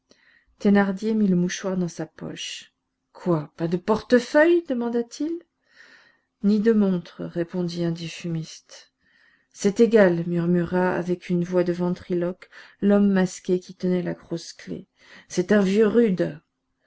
mit le mouchoir dans sa poche quoi pas de portefeuille demanda-t-il ni de montre répondit un des fumistes c'est égal murmura avec une voix de ventriloque l'homme masqué qui tenait la grosse clef c'est un vieux rude